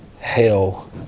hell